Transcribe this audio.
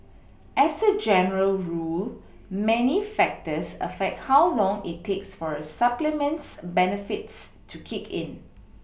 as a general rule many factors affect how long it takes for a supplement's benefits to kick in